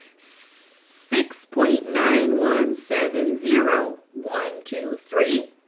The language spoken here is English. six point nine one seven zero one, two, three.